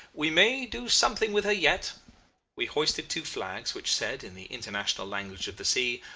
we may do something with her yet we hoisted two flags, which said in the international language of the sea,